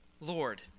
Lord